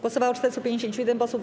Głosowało 451 posłów.